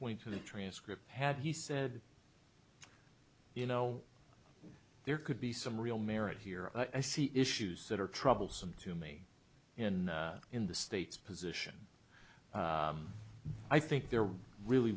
point to the transcript had he said you know there could be some real merit here i see issues that are troublesome to me in the in the state's position i think they're really